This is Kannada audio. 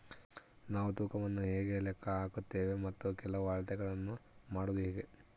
ನಾವು ತೂಕವನ್ನು ಹೇಗೆ ಲೆಕ್ಕ ಹಾಕುತ್ತೇವೆ ಮತ್ತು ಕೆಲವು ಅಳತೆಗಳನ್ನು ಮಾಡುವುದು ಹೇಗೆ?